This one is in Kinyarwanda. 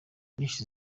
nyinshi